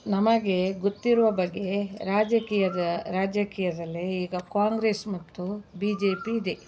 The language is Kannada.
ನಮಗೆ ಗೊತ್ತಿರುವ ಬಗ್ಗೆ ರಾಜಕೀಯದ ರಾಜಕೀಯದಲ್ಲೇ ಈಗ ಕಾಂಗ್ರೆಸ್ ಮತ್ತು ಬಿ ಜೆ ಪಿ ಇದೆ